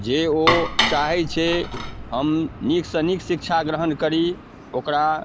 जे ओ चाहै छै हम नीकसँ नीक शिक्षा ग्रहण करी ओकरा